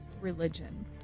religion